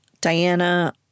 Diana